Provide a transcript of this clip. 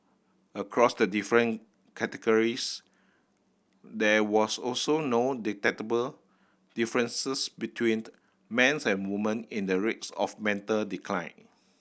across the different categories there was also no detectable differences between man's and woman in the rates of mental decline